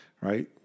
right